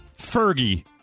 Fergie